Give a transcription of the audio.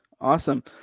awesome